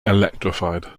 electrified